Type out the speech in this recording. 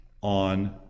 on